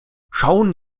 schauen